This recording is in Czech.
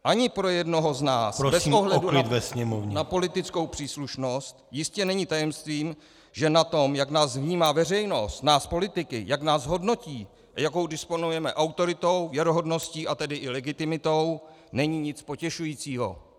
Ani pro jednoho z nás, bez ohledu na politickou příslušnost, jistě není tajemstvím, že na tom, jak nás vnímá veřejnost, nás politiky, jak nás hodnotí a jakou disponujeme autoritou, věrohodností, a tedy i legitimitou, není nic potěšujícího.